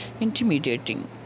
intimidating